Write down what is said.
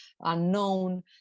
unknown